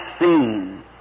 seen